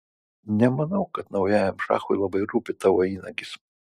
nemanau kad naujajam šachui labai rūpi tavo įnagis